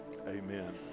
amen